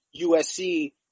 USC